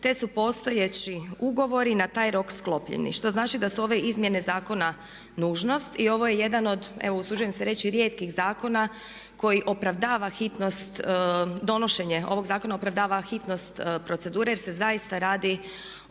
te su postojeći ugovori na taj rok sklopljeni. Što znači da su ove izmjene zakona nužnost i ovo je jedan od evo usuđujem se reći rijetkih zakona koji opravdava hitnost, donošenje ovog zakona opravdava hitnost procedure jer se zaista radi